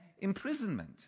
imprisonment